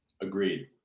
Agreed